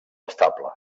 estable